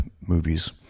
movies